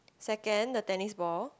second the tennis ball